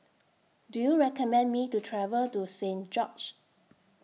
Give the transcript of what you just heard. Do YOU recommend Me to travel to Saint George's